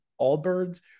Allbirds